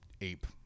ape